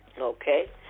okay